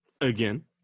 Again